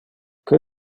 que